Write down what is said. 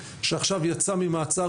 שעכשיו יצא ממעצר,